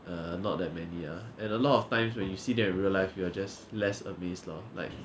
uh not that many ah and a lot of times when you see them in real life you are just less amazed lor like